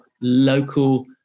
local